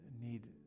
Need